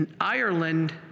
Ireland